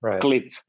clip